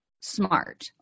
smart